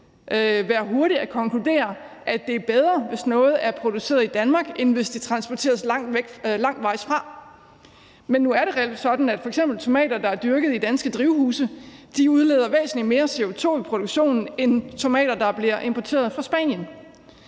være hurtigt at konkludere, at det er bedre, hvis noget er produceret i Danmark, end hvis det transporteres langvejsfra, men nu er det reelt sådan, at f.eks. tomater, der er dyrket i danske drivhuse, udleder væsentlig mere CO2 i produktionen end tomater, der bliver importeret fra Spanien.